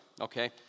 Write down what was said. okay